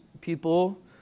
people